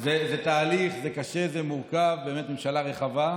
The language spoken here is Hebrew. זה תהליך, זה קשה, זה מורכב, באמת, ממשלה רחבה,